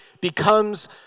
becomes